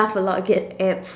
laugh a lot get abs